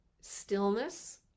stillness